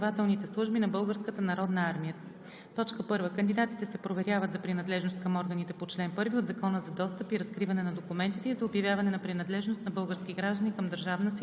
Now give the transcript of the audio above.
и разкриване на документите и за обявяване на принадлежност на български граждани към Държавна сигурност и разузнавателните служби на Българската народна армия 1. Кандидатите се проверяват за принадлежност към органите по